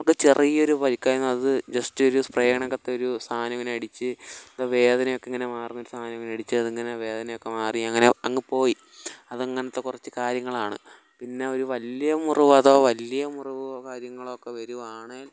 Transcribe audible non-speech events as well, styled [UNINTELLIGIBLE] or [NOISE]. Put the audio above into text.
[UNINTELLIGIBLE] ചെറിയ ഒരു പരിക്കായിരുന്നു അത് ജെസ്റ്റ് ഒരു സ്പ്രെ കണക്കത്തെ ഒരു സാധനം ഇങ്ങനെ അടിച്ച് വേദനയൊക്കെ ഇങ്ങനെ മാറുന്ന ഒരു സാധനം ഇങ്ങനെ അടിച്ച് അത് ഇങ്ങനെ വേദനയൊക്കെ മാറി അങ്ങനെ അങ്ങു പോയി അത് അങ്ങനത്തെ കുറച്ച് കാര്യങ്ങളാണ് പിന്നെ ഒരു വലിയ മുറിവ് അതോ വലിയ മുറിവോ കാര്യങ്ങളൊ ഒക്കെ വരികയാണെങ്കിൽ